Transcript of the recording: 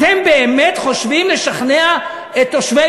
אתם באמת חושבים שאפשר לשכנע את תושבי